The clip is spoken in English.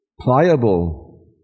pliable